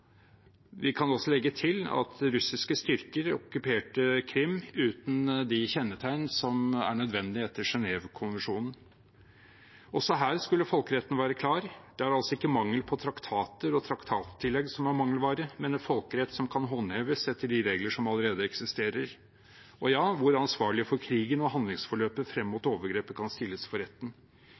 Vi kan også legge til at russiske styrker okkuperte Krim uten de kjennetegn som er nødvendige etter Genèvekonvensjonen. Også her skulle folkeretten være klar. Det er altså ikke traktater og traktattillegg som er mangelvare, men en folkerett som kan håndheves etter de regler som allerede eksisterer, og der ansvarlige for krigen og handlingsforløpet frem mot overgrepet kan stilles for retten.